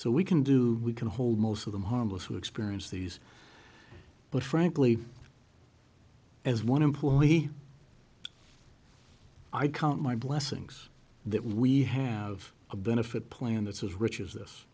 so we can do we can hold most of them harmless who experience these but frankly as one employee i count my blessings that we have a benefit plan that's as rich as this